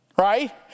right